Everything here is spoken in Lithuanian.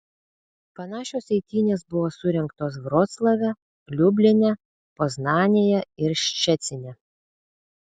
panašios eitynės buvo surengtos vroclave liubline poznanėje ir ščecine